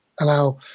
allow